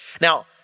Now